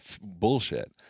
bullshit